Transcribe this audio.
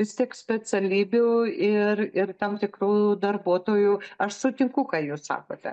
vis tiek specialybių ir ir tam tikrų darbuotojų aš sutinku ką jūs sakote